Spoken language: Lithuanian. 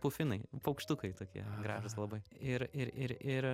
pufinai paukštukai tokie gražūs labai ir ir ir ir